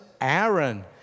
Aaron